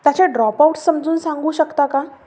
त्याचे ड्रॉपआउट समजून सांगू शकता का